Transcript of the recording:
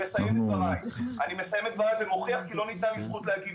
שנת קורונה קשה עם זני קורונה הרבה יותר קשים מהאומיקרון,